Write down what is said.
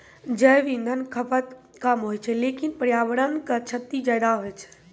जैव इंधन खपत कम होय छै लेकिन पर्यावरण क क्षति ज्यादा होय छै